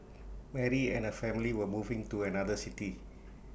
Mary and her family were moving to another city